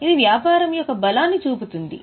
ఇది వ్యాపారం యొక్క బలాన్ని చూపుతుంది